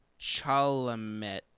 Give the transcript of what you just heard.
Chalamet